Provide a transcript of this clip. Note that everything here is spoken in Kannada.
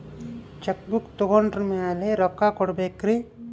ಚೆಕ್ ಬುಕ್ ತೊಗೊಂಡ್ರ ಮ್ಯಾಲೆ ರೊಕ್ಕ ಕೊಡಬೇಕರಿ?